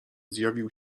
zjawił